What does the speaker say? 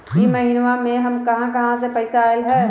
इह महिनमा मे कहा कहा से पैसा आईल ह?